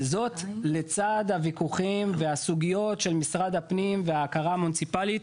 וזאת לצד הוויכוחים והסוגיות של משרד הפנים וההכרה המוניציפאלית